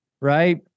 right